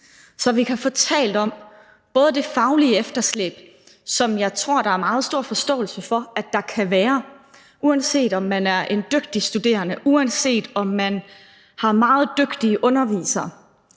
så vi kan få talt om det faglige efterslæb, som jeg tror der er meget stor forståelse for at der kan være. Uanset om man er en dygtig studerende, uanset om man har meget dygtige undervisere,